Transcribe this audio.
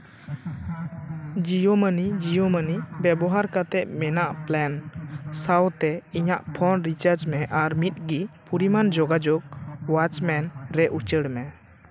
Jio Money Jio Money ᱵᱮᱵᱚᱦᱟᱨ ᱠᱟᱛᱮ ᱢᱮᱱᱟᱜ ᱯᱞᱮᱱ ᱥᱟᱶᱛᱮ ᱤᱧᱟᱹᱜ ᱯᱷᱳᱱ ᱨᱤᱪᱟᱨᱡᱽ ᱢᱮ ᱟᱨ ᱢᱤᱫ ᱜᱤ ᱯᱚᱨᱤᱢᱟᱱ ᱡᱳᱜᱟᱡᱳᱜᱽ ᱚᱣᱟᱪᱢᱮᱱ ᱨᱮ ᱩᱪᱟᱹᱲ ᱢᱮ